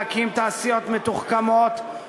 להקים תעשיות מתוחכמות,